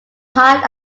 heart